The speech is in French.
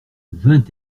vingt